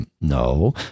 No